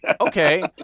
Okay